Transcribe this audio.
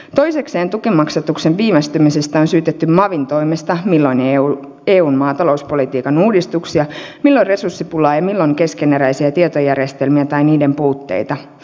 toisekseen tukimaksatuksen viivästymisestä on syytetty mavin toimesta milloin eun maatalouspolitiikan uudistuksia milloin resurssipulaa ja milloin keskeneräisiä tietojärjestelmiä tai niiden puutteita